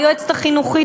היועצת החינוכית,